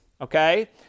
Okay